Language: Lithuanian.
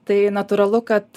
tai natūralu kad